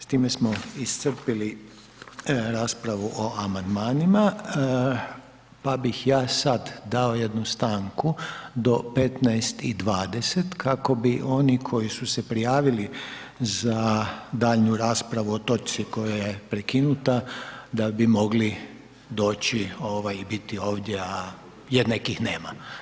S time smo iscrpili raspravu o amandmanima pa bih ja sad dao jednu stanku do 15 i 20, kako bi oni koji su se prijavili za daljnju raspravu o točci koja je prekinuta, da bi mogli doći i biti ovdje, a jednakih nema.